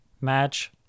match